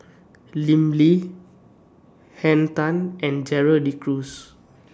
Lim Lee Henn Tan and Gerald De Cruz